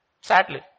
Sadly